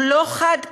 הוא לא חד-פעמי,